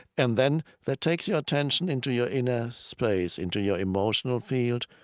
and then that takes your attention into your inner space, into your emotional field,